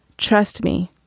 trust me.